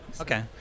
Okay